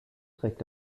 trägt